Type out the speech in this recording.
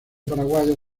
paraguaya